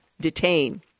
detain